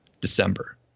December